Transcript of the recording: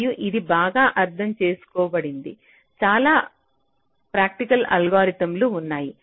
మరియు ఇది బాగా అర్థం చేసుకోబడింది చాలా ప్రాక్టికల్ అల్గోరిథంలు ఉన్నాయి